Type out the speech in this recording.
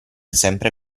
sempre